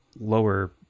lower